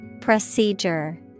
Procedure